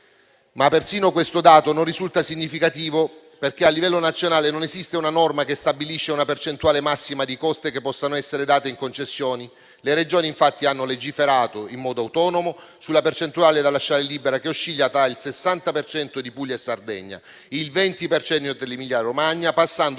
è. Persino questo dato, però, non risulta significativo, perché a livello nazionale non esiste una norma che stabilisce una percentuale massima di coste che possano essere date in concessione. Le Regioni, infatti, hanno legiferato in modo autonomo sulla percentuale da lasciare libera, che oscilla tra il 60 per cento di Puglia e Sardegna, il 20 per cento dell'Emilia-Romagna, passando